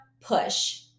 push